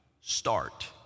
start